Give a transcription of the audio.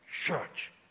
church